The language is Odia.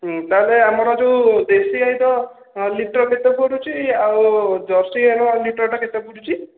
ହୁଁ ତାହାଲେ ଆମର ଯୋଉ ଦେଶୀ ଗାଈ ତ ଅଁ ଲିଟର୍ କେତେ ପଡ଼ୁଛି ଆଉ ଜର୍ସି ଗାଈର ଲିଟର୍ ଟା କେତେ ପଡ଼ୁଛି